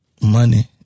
Money